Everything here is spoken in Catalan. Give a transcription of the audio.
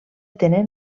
tenen